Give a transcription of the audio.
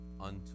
unto